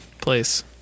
place